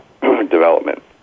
development